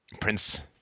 Prince